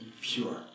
pure